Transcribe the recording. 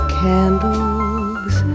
candles